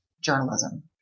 journalism